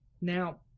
Now